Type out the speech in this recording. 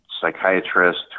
psychiatrist